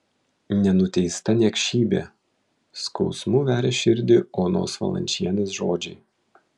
nenuteista niekšybė skausmu veria širdį onos valančienės žodžiai